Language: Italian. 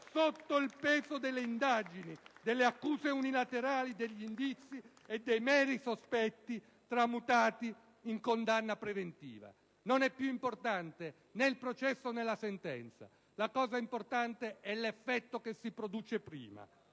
dal Gruppo PdL)*, delle accuse unilaterali, degli indizi e dei meri sospetti tramutati in condanna preventiva. Non è più importante né il processo, né la sentenza; la cosa importante è l'effetto che si produce prima.